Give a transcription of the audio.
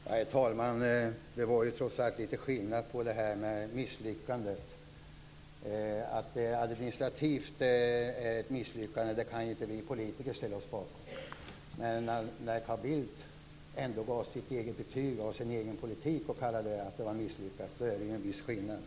Herr talman! Det var trots allt litet skillnad på misslyckanden. Att det administrativt är ett misslyckande kan inte vi politiker ställas till svars för. Men när Carl Bildt gav sin egen politik betyg och kallade den misslyckad är det en viss skillnad.